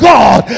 God